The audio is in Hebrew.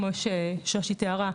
כמו ששושי תיארה,